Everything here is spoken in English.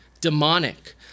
demonic